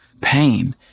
pain